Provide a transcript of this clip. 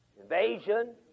invasion